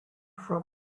from